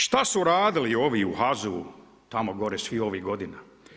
Šta su radili ovi u HAZU-u, tamo gore svi ovih godina?